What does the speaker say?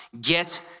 get